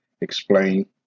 explain